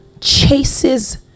chases